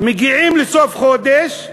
מגיעים לסוף חודש,